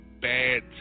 Bad